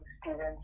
students